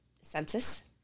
census